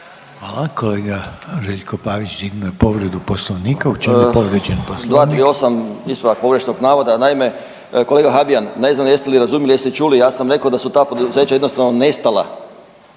Hvala. Kolega Željko Pavić dignuo je povredu Poslovnika. U čem je povrijeđen Poslovnik?